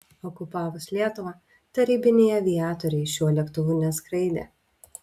okupavus lietuvą tarybiniai aviatoriai šiuo lėktuvu neskraidė